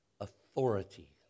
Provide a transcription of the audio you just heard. authority